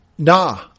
Nah